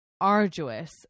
arduous